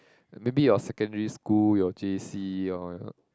maybe your secondary school your J_C your